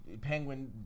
penguin